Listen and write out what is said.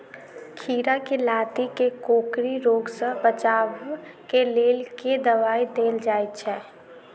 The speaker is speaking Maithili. खीरा केँ लाती केँ कोकरी रोग सऽ बचाब केँ लेल केँ दवाई देल जाय छैय?